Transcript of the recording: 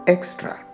Extra